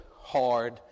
hard